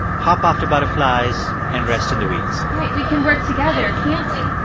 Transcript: hop after butterflies and rest in the weeds right, we can work together, can't we?